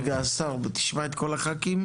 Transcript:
רגע השר, תשמע את כל הח"כים.